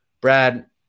Brad